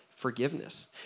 Forgiveness